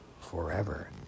forever